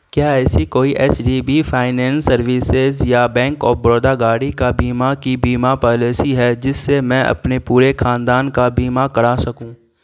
کیا ایسی کوئی H D B finance services یا بینک آف بڑودا گاڑی کا بیمہ کی بیمہ پالیسی ہے جس سے میں اپنے پورے خاندان کا بیمہ کرا سکوں